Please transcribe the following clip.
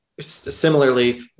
similarly